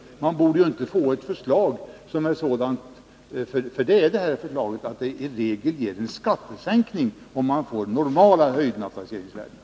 Det borde ju inte antas ett förslag som är sådant — för det är det här förslaget — att det i regel innebär en skattesänkning vid en normal höjning av taxeringsvärdet.